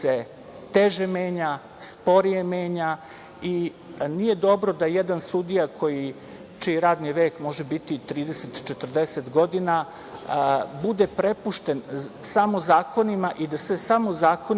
teže menja, sporije menja i nije dobro da jedan sudija, čiji radni vek može biti i 30, 40 godina, bude prepušten samo zakonima i da se samo zakonima